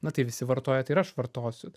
na tai visi vartoja tai ir aš vartosiu